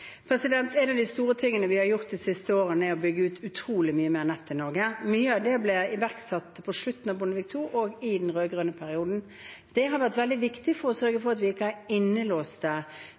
En av de store tingene vi har gjort de siste årene, er å bygge ut utrolig mye mer nett i Norge. Mye av det ble iverksatt på slutten av Bondevik II-regjeringen og i den rød-grønne perioden. Det har vært veldig viktig for å sørge for at vi ikke har